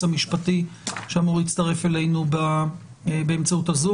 המשפטי שאמור להצטרף אלינו באמצעות ה-זום,